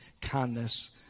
kindness